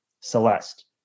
Celeste